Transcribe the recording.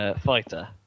fighter